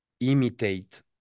Imitate